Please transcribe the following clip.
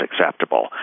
acceptable